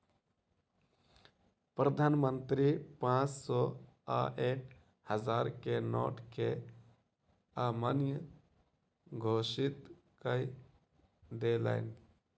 प्रधान मंत्री पांच सौ आ एक हजार के नोट के अमान्य घोषित कय देलैन